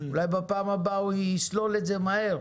אולי בפעם הבאה הוא יסלול את זה מהר.